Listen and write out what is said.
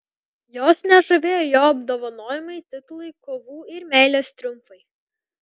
jos nežavėjo jo apdovanojimai titulai kovų ir meilės triumfai